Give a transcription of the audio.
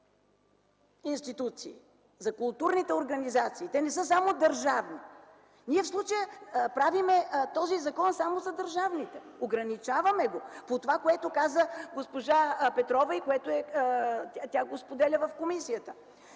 институции, за културните организации. Те не са само държавни. В случая правим този закон само за държавните, ограничаваме го – по това, което каза госпожа Петрова и което сподели в комисията.